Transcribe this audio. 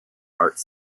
arts